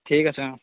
ঠিক আছে অ